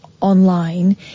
online